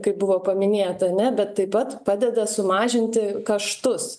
kaip buvo paminėta ane bet taip pat padeda sumažinti kaštus